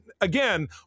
again